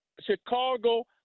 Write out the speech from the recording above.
Chicago –